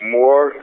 more